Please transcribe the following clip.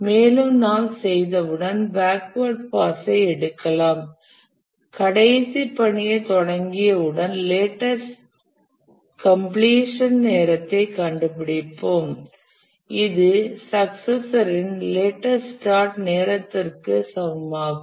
மேலும் நாம் செய்தவுடன் பேக்வாட் பாஸ் ஐ எடுக்கலாம் கடைசி பணியைத் தொடங்கிய உடன் லேட்டஸ்ட் கம்பிலேஷன் நேரத்தை கண்டுபிடிப்போம் இது சக்சசர்இன் லேட்டஸ்ட் ஸ்டார்ட் நேரத்திற்கு சமமாகும்